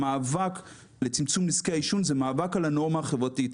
המאבק לצמצום נזקי העישון זה מאבק על הנורמה החברתית.